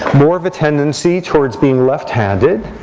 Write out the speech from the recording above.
more of a tendency towards being left-handed,